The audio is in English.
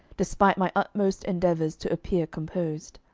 despite my utmost endeavours to appear composed.